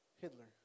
Hitler